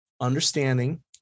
understanding